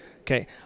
Okay